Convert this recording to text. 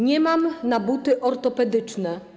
Nie mam na buty ortopedyczne.